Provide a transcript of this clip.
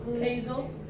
Hazel